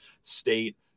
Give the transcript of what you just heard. State